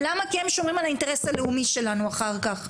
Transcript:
למה, כי הם שומרים על האינטרס הלאומי שלנו אחר כך.